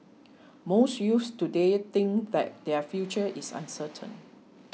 most youths today think that their future is uncertain